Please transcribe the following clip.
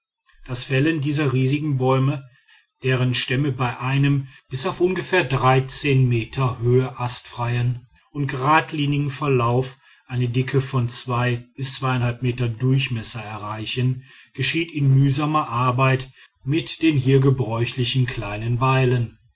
das fällen dieser riesigen bäume deren stämme bei einem bis auf ungefähr dreizehn meter höhe astfreien und geradlinigen verlauf eine dicke von zwei bis zweieinhalb meter durchmesser erreichen geschieht in mühsamer arbeit mit den hier gebräuchlichen kleinen beilen